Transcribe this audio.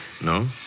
No